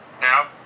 now